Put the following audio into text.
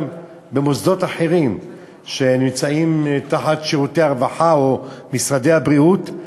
גם למוסדות אחרים שנמצאים תחת שירותי הרווחה או משרד הבריאות,